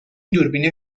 دوربین